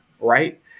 right